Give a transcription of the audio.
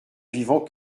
vivant